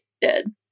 dead